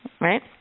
Right